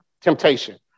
Temptation